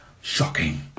Shocking